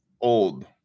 old